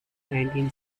nineteen